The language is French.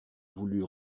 voulût